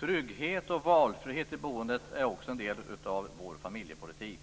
Trygghet och valfrihet i boendet är också en del i vår familjepolitik.